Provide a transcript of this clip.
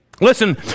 Listen